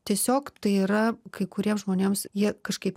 tiesiog tai yra kai kuriems žmonėms jie kažkaip